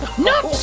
not